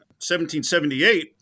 1778